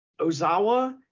Ozawa